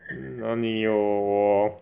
哪里有我